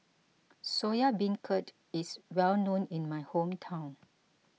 Soya Beancurd is well known in my hometown